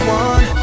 one